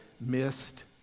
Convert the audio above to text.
missed